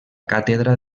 càtedra